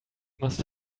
must